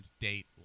date